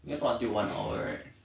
need talk until one hour right